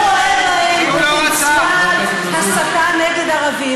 הוא לא רואה בהן פוטנציאל הסתה נגד ערבים.